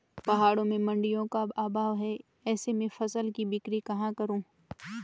पहाड़ों में मडिंयों का अभाव है ऐसे में फसल की बिक्री कहाँ करूँ?